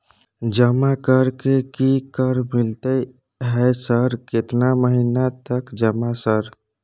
जमा कर के की कर मिलते है सर केतना महीना तक जमा सर?